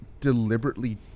deliberately